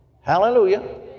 Hallelujah